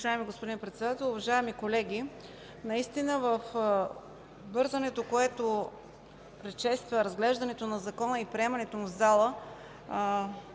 Уважаеми господин Председател, уважаеми колеги! Наистина в бързането, което предшества разглеждането на Закона и приемането му в залата,